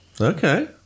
Okay